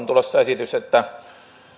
tulossa esitys että